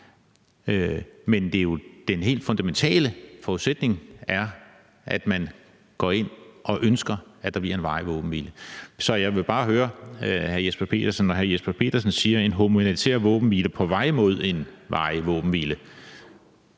Men den helt fundamentale forudsætning er jo, at man går ind og ønsker, at der bliver en varig våbenhvile. Så jeg vil bare høre hr. Jesper Petersen, når hr. Jesper Petersen siger, at det er en humanitær våbenhvile på vej mod en varig våbenhvile,